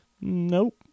nope